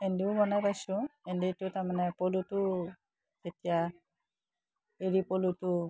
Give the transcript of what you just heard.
এৰীও বনাই পাইছোঁ এৰীটো তাৰমানে পলুটো যেতিয়া এৰী পলুটো